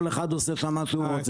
כל אחד עושה שם מה שהוא רוצה.